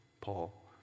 Paul